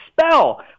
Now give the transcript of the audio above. spell